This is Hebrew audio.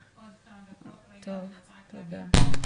רק מה הייתה שאלה מסוימת?